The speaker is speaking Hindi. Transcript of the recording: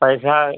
पैसा